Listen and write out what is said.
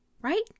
Right